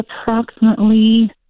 approximately